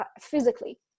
physically